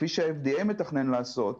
כפי שה-FDA מתכנן לעשות,